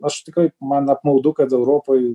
aš tikrai man apmaudu kad europoj